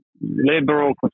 liberal